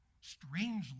strangely